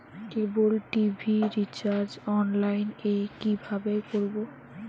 কেবল TV recharge online এ কিভাবে করব?